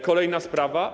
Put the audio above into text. Kolejna sprawa.